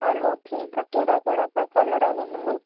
हलो ठीकु आहे कहिड़ा कहिड़ा सां कलर आहिनि हिन में